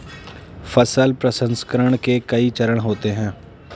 फसल प्रसंसकरण के कई चरण होते हैं